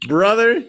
Brother